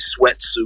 sweatsuit